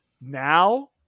Now